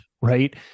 right